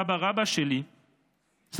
סבא-רבא של אימי,